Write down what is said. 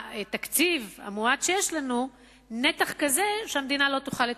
מהתקציב המועט שיש לנו נתח כזה שהמדינה לא תוכל לתפקד.